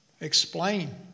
explain